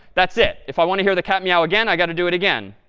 that's it. if i want to hear the cat meow again, i got to do it again.